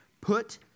put